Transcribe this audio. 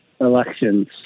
elections